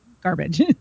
garbage